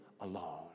alone